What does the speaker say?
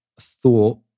thought